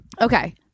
Okay